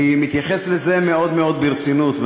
אני מתייחס לזה ברצינות מאוד מאוד,